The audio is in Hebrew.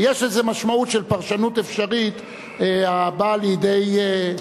ויש לזה משמעות של פרשנות אפשרית הבאה לידי,